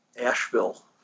Asheville